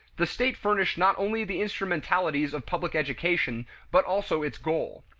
the state furnished not only the instrumentalities of public education but also its goal.